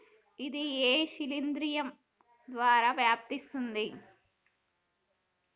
ఇది ఏ శిలింద్రం ద్వారా వ్యాపిస్తది?